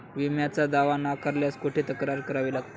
विम्याचा दावा नाकारल्यास कुठे तक्रार करावी लागते?